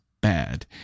bad